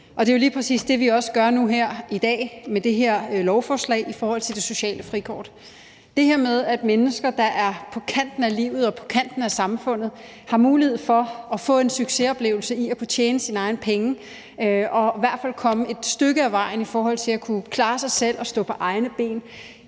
Det er lige præcis det, vi gør nu her i dag med det her lovforslag om det sociale frikort. Det her med, at mennesker, der er på kanten af livet og på kanten af samfundet, har mulighed for at få en succesoplevelse ved at kunne tjene sine egne penge og i hvert fald komme et stykke ad vejen i forhold til at kunne klare sig selv og stå på egne ben,